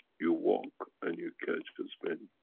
you walk and you catch as many.